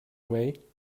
way